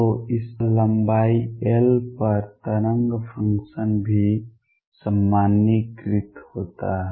तो इस लंबाई एल पर तरंग फंक्शन भी सामान्यीकृत होता है